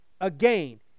again